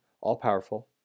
all-powerful